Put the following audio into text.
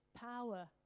power